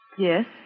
Yes